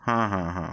ହଁ ହଁ ହଁ